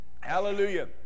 hallelujah